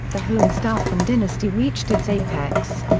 the hohenstaufen dynasty reached its apex.